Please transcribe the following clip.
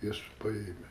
jas paėmę